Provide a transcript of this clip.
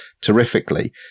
terrifically